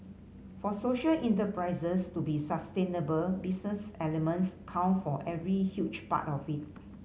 for social enterprises to be sustainable business elements count for every huge part of it